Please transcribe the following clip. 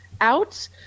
out